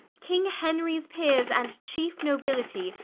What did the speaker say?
king henries peeres, and cheefe nobility,